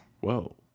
Whoa